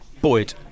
Boyd